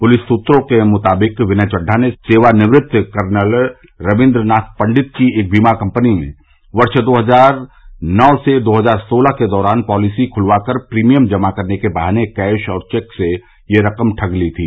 police सूत्रों के मुताबिक विनय चड्डा ने सेवानिवृत्त कर्नल रविन्द्रनाथ पंडित की एक बीमा कम्पनी में वर्ष दो हजार नौ से दो हजार सोलह के दौरान पॉलिसी खुलवा कर प्रीमियम जमा कराने के बहाने कैश और चेक से यह रकम ठग ली थी